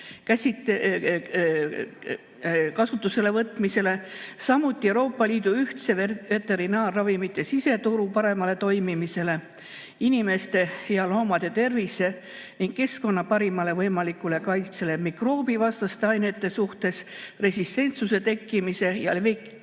kasutuselevõtmisele, samuti Euroopa Liidu ühtse veterinaarravimite siseturu paremale toimimisele, inimeste ja loomade tervise ning keskkonna parimale võimalikule kaitsele, mikroobivastaste ainete suhtes resistentsuse tekkimise ja leviku